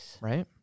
Right